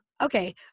Okay